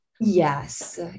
yes